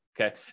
okay